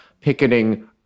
picketing